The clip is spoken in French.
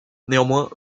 néanmoins